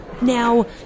Now